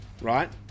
right